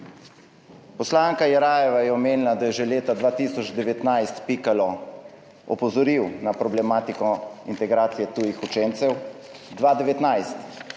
Poslanka Jerajeva je omenila, da je že leta 2019 Pikalo opozoril na problematiko integracije tujih učencev. 2019,